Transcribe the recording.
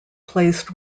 placed